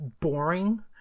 boring